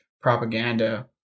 propaganda